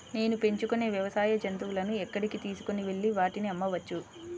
నేను పెంచుకొనే వ్యవసాయ జంతువులను ఎక్కడికి తీసుకొనివెళ్ళి వాటిని అమ్మవచ్చు?